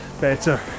better